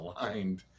aligned